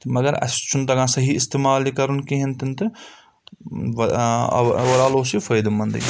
تہٕ مگر اَسہِ چھُنہٕ تَگان صَحیح اِستعمال یہِ کَرُن کِہیٖنۍ تہِ نہٕ تہٕ اوٚوَرآل اوس یہِ فٲیدٕ منٛدے